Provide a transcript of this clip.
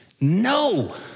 No